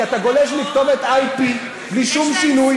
כי אתה גולש מכתובת IP בלי שום שינוי.